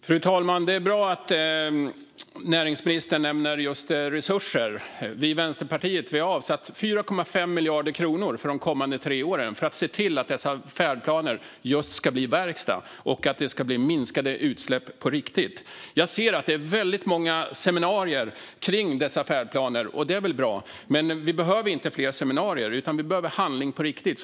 Fru talman! Det är bra att näringsministern nämner just resurser. Vi i Vänsterpartiet har avsatt 4,5 miljarder kronor för de kommande tre åren för att se till att dessa färdplaner just ska bli verkstad och att det ska bli minskade utsläpp på riktigt. Jag ser att det är väldigt många seminarier kring dessa färdplaner, och det är väl bra. Men vi behöver inte fler seminarier, utan vi behöver handling på riktigt.